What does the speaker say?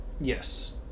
Yes